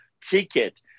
ticket